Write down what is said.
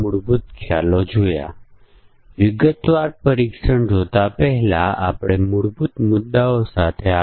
પ્રથમ ચાલો સંયુક્ત પરીક્ષણ પાછળની પ્રેરણા જોઈએ